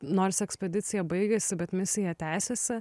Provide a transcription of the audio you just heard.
nors ekspedicija baigėsi bet misija tęsiasi